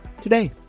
today